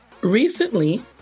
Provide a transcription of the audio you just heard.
Recently